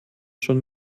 schon